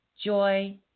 joy